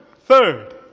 third